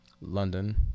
London